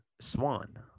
Swan